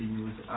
News